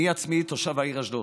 אני עצמי תושב העיר אשדוד,